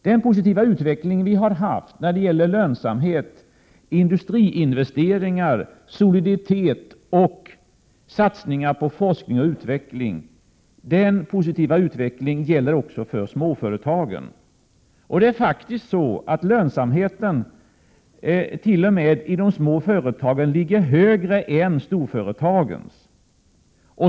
Den positiva utveckling vi har haft när det gäller lönsamhet, industriinvesteringar, soliditet och satsningar på forskning och utveckling gäller också för småföretagen. Det är faktiskt t.o.m. så att lönsamheten i de små företagen ligger högre än i storföretagen.